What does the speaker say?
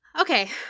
okay